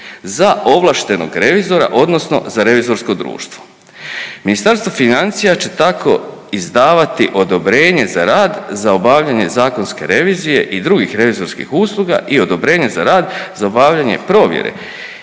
za ovlaštenog revizora odnosno za revizorsko društvo. Ministarstvo financija će tako izdavati odobrenje za rad za obavljanje zakonske revizije i drugih revizorskih usluga i odobrenja za rad za obavljanje provjera